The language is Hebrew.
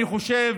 אני חושב